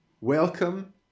Welcome